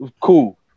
Cool